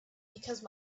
because